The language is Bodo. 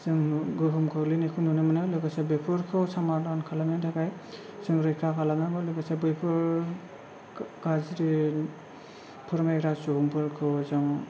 जों गोहोम खोख्लैनायखौ नुनो मोनो लोगोसे बेफोरखौ समादान खालामनो थाखाय जों रैखा खालामनांगौ लोगोसे बैफोर गाज्रि फोरमायग्रा सुबुंफोरखौ जों